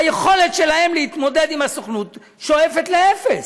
היכולת שלהם להתמודד עם הסוכנות שואפת לאפס.